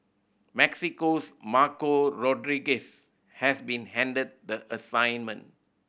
Mexico's Marco Rodriguez has been handed the assignment